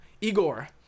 Igor